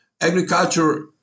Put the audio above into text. agriculture